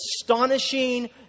astonishing